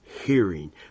hearing